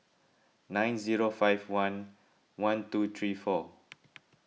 nine zero five one one two three four